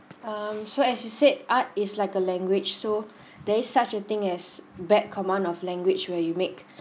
um so as she said art is like a language so there is such a thing as bad command of language where you make